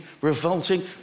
revolting